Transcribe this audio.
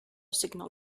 signal